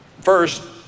First